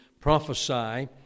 Prophesy